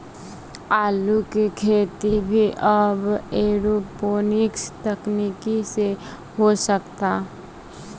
आलू के खेती भी अब एरोपोनिक्स तकनीकी से हो सकता